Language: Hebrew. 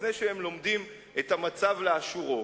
לפני שהם לומדים את המצב לאשורו,